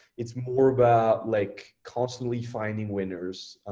it's more about like constantly finding winners.